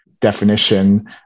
definition